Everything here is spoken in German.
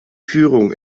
führung